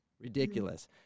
Ridiculous